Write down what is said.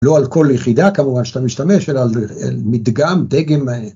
‫לא על כל יחידה, כמובן, ‫שאתה משתמש, אלא על מדגם, דגם.